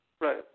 right